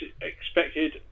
expected